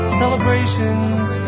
celebrations